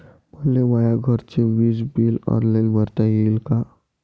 मले माया घरचे विज बिल ऑनलाईन भरता येईन का?